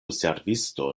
servisto